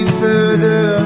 further